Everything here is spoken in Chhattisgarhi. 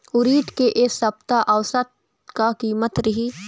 उरीद के ए सप्ता औसत का कीमत रिही?